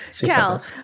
cal